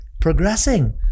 progressing